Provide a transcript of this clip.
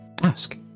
Ask